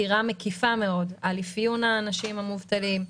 סקירה מקיפה מאוד על אפיון האנשים המובטלים,